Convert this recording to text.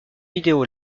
vidéo